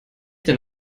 denn